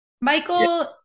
Michael